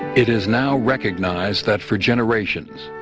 it is now recognized that for generations,